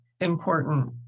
important